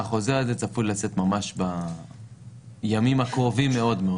החוזר הזה צפוי לצאת ממש בימים הקרובים מאוד.